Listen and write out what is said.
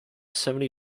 seventy